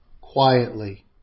quietly